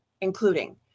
including